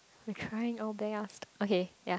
we're trying our best okay ya